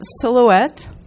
silhouette